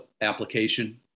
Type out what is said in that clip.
application